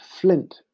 flint